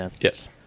Yes